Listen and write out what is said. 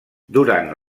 durant